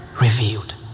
revealed